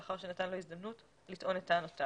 לאחר שנתן לו הזדמנות לטעון את טענותיו.